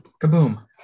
kaboom